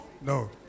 No